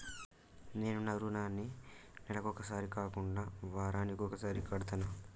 నేను నా రుణాన్ని నెలకొకసారి కాకుండా వారానికోసారి కడ్తన్నా